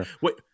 wait